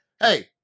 Hey